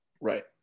Right